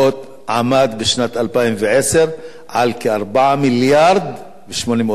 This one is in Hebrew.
עמד בשנת 2010 על כ-4 מיליארד ו-800 מיליון".